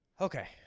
Okay